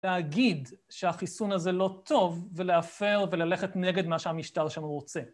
להגיד שהחיסון הזה לא טוב ולהפר וללכת נגד מה שהמשטר שם רוצה.